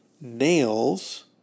nails